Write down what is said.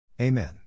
Amen